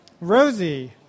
Rosie